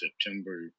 september